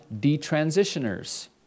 detransitioners